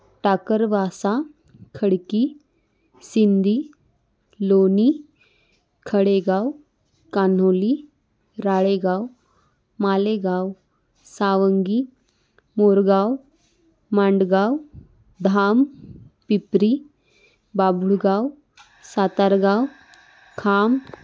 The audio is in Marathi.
टाकरवासा खडकी सिंदी लोनी खडेगाव कानोली राळेगांव मालेगांव सावंगी मोरगाव मांडगाव धाम पिपरी बाभूळगाव सातारगांव खाम